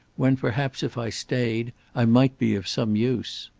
when, perhaps if i stayed, i might be of some use.